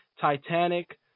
titanic